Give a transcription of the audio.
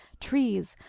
trees,